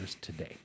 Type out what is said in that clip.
today